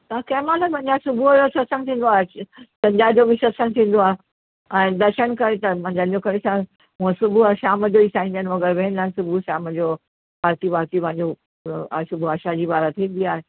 तव्हां कंहिं महिल अञा सुबुह जो सत्संग थींदो आहे संझा जो बि सत्संग थींदो आहे ऐं दर्शन करे सीघो जंहिंजो उहा सुबुह जो शाम जो साईं जिनि वग़ैरह विहंदा आहिनि सुबुह शाम जो पार्टी वार्टी वारो सुबुह जो आशा दी वार थींदी आहे